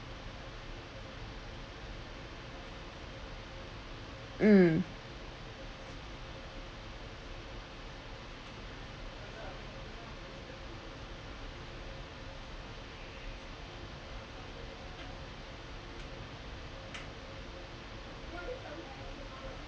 mm